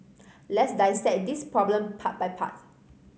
let's dissect this problem part by part